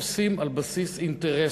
עושים על בסיס אינטרסים,